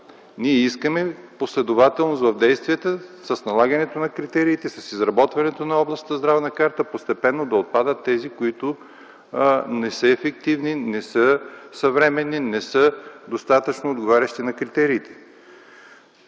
Ние искаме последователно в действията с налагането на критериите, с изработването на областната здравна карта постепенно да отпадат тези, които не са ефективни, не са съвременни, не отговарят достатъчно на критериите.